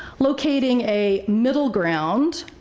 locating a middle ground